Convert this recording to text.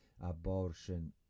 abortion